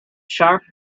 sharp